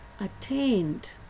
attained